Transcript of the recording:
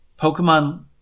Pokemon